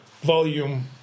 volume